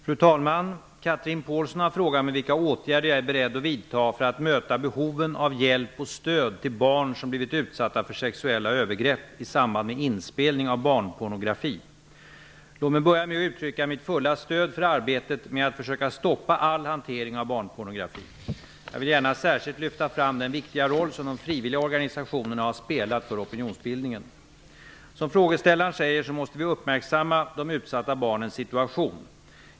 Fru talman! Chatrine Pålsson har frågat vilka åtgärder jag är beredd att vidta för att möta behoven av hjälp och stöd till barn som blivit utsatta för sexuella övergrepp i samband med inspelning av barnpornografi. Låt mig börja med att uttrycka mitt fulla stöd för arbetet med att försöka stoppa all hantering av barnpornografi. Jag vill gärna särskilt lyfta fram den viktiga roll som de frivilliga organisationerna har spelat för opinionsbildningen. Som frågeställaren säger, måste vi uppmärksamma de utsatta barnens situation.